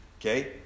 Okay